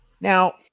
Now